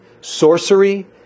sorcery